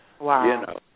Wow